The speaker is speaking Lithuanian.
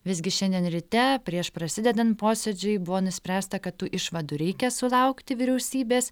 visgi šiandien ryte prieš prasidedant posėdžiui buvo nuspręsta kad tų išvadų reikia sulaukti vyriausybės